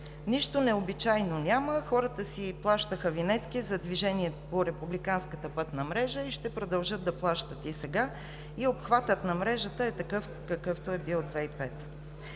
Нищо необичайно няма – хората си плащаха винетки за движение по републиканската пътна мрежа и ще продължат да плащат и сега, и обхватът на мрежата е такъв, какъвто е бил 2005